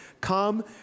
Come